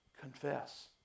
Confess